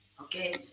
Okay